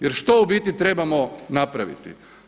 Jer što u biti trebamo napraviti?